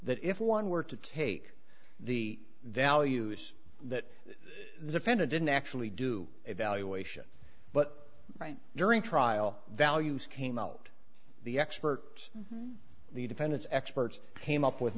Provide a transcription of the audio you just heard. that if one were to take the values that the defendant didn't actually do evaluation but right during trial values came out the expert the defendant's experts came up with